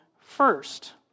first